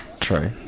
True